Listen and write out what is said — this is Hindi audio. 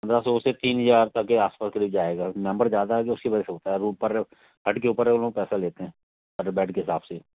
पंद्रह सौ से तीन हज़ार तक के आस पास करीब जाएगा मेंबर ज़्यादा आएँगे उसकी वजह से होता है ऊपर वे पैसा लेते हैं पर बेड के हिसाब से